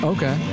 Okay